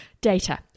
data